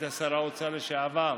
כשר האוצר לשעבר,